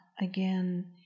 again